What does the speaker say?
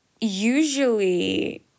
usually